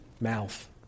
mouth